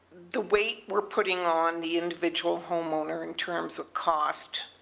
the weight we're putting on the individual homeowner in terms of cost.